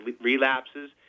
relapses